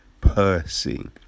Percy